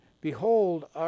Behold